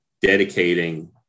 dedicating